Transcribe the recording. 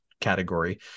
category